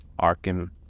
Arkham